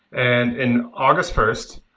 and in august first,